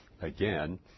again